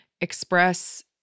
express